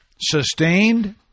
sustained